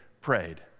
prayed